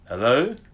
Hello